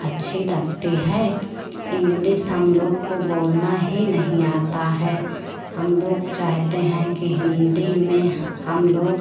अच्छी लगती है इंग्लिस हम लोग को बोलना ही नहीं आता है हम लोग चाहते हैं कि हिन्दी में हम लोग